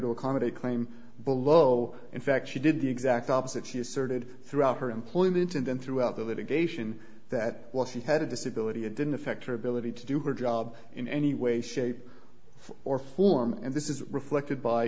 to accommodate claim below in fact she did the exact opposite she asserted throughout her employment and then throughout the litigation that was she had a disability it didn't affect her ability to do her job in any way shape or form and this is reflected by